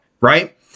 right